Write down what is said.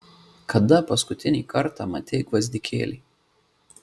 kada paskutinį kartą matei gvazdikėlį